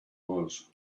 was